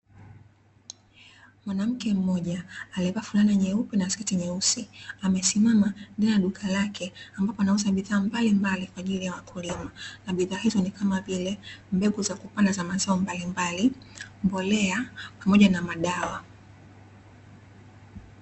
Mwanamke mmoja alievaa fulana nyeupe na sketi nyeusi amesimama ndani ya duka lake ambapo anauza bidhaa mbalimbali kwaajili ya wakulima na bidhaa izo ni kama vile mbegu za kupanda za mazao mbalimbali, mbolea pamoja na madawa.